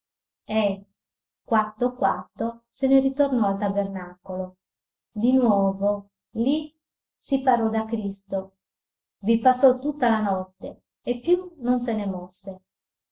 e quatto quatto se ne ritornò al tabernacolo di nuovo lì si parò da cristo vi passò tutta la notte e più non se ne mosse